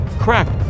cracked